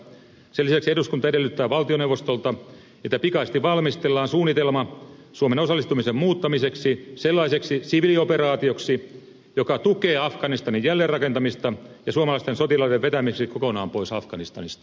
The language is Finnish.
sen lisäksi eduskunta edellyttää valtioneuvostolta että pikaisesti valmistellaan suunnitelma suomen osallistumisen muuttamiseksi sellaiseksi siviilioperaatioksi joka tukee afganistanin jälleenrakentamista ja suomalaisten sotilaiden vetämiseksi kokonaan pois afganistanista